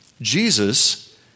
Jesus